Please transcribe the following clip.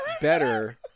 better